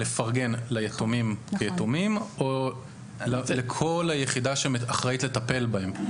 לפרגן ליתומים כיתומים או לכל היחידה שאחראית לטפל בהם?